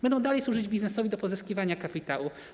Będą dalej służyć biznesowi do pozyskiwania kapitału.